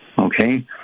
Okay